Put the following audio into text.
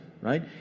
right